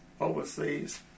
overseas